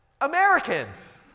Americans